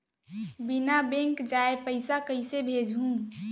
बिना बैंक जाये पइसा कइसे भेजहूँ?